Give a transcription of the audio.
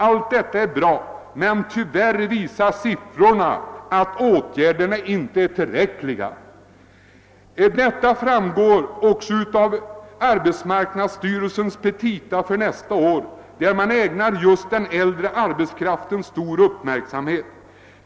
De är alla bra, men tyvärr visar siffrorna att de inte är tillräckliga. Detta framgår också av arbetsmarknadsstyrelsens petita för nästa år där man ägnar just den äldre arbetskraften stor uppmärksamhet.